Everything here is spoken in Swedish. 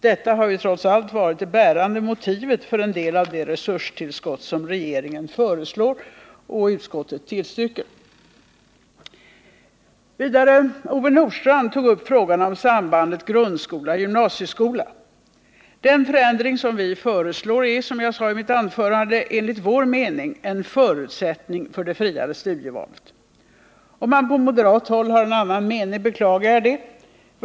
Detta hartrots allt varit en del av det bärande motivet för en del av det resurstillskott som regeringen föreslår och utskottet tillstyrker. Ove Nordstrandh tog upp frågan om sambandet grundskola-gymnasieskola. Den förändring som vi föreslår är, som jag sade i mitt anförande, enligt vår uppfattning en förutsättning för det friare studievalet. Om man på moderat håll har en annan mening beklagar jag det.